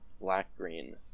black-green